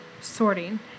sorting